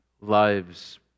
lives